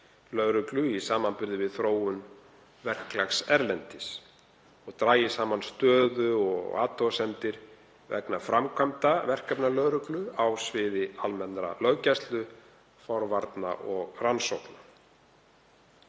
í samanburði við þróun verklags erlendis og dragi saman stöðu og athugasemdir vegna framkvæmdar verkefna lögreglu á sviði almennrar löggæslu, forvarna og rannsókna.